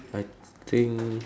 I think